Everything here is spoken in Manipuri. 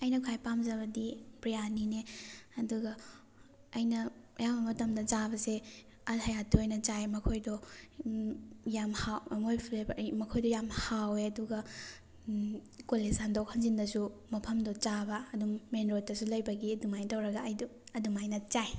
ꯑꯩꯅ ꯈ꯭ꯋꯥꯏ ꯄꯥꯝꯖꯕꯗꯤ ꯕ꯭ꯔꯤꯌꯥꯅꯤꯅꯦ ꯑꯗꯨꯒ ꯑꯩꯅ ꯑꯌꯥꯝꯕ ꯃꯇꯝꯗ ꯆꯥꯕꯁꯦ ꯑꯜ ꯍꯌꯥꯠꯇ ꯑꯣꯏꯅ ꯆꯥꯏ ꯃꯈꯣꯏꯗꯣ ꯌꯥꯝ ꯍꯥꯎ ꯃꯣꯏ ꯐ꯭ꯂꯦꯕꯔ ꯃꯈꯣꯏꯗꯣ ꯌꯥꯝ ꯍꯥꯎꯋꯦ ꯑꯗꯨꯒ ꯀꯣꯂꯦꯖ ꯍꯟꯗꯣꯛ ꯍꯟꯖꯤꯟꯗꯁꯨ ꯃꯐꯝꯗꯣ ꯆꯥꯕ ꯑꯗꯨꯝ ꯃꯦꯟ ꯔꯣꯠꯇꯁꯨ ꯂꯩꯕꯒꯤ ꯑꯗꯨꯃꯥꯏꯅ ꯇꯧꯔꯒ ꯑꯩꯗꯣ ꯑꯗꯨꯃꯥꯏꯅ ꯆꯥꯏ